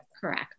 Correct